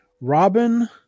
Robin